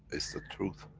it's the truth,